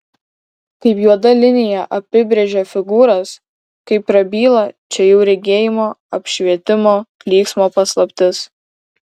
kaip juoda linija apibrėžia figūras kaip prabyla čia jau regėjimo apšvietimo klyksmo paslaptis